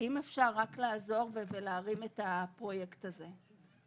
אם אפשר רק לעזור ולהרים את הפרויקט הזה.